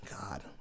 God